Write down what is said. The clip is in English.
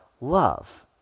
love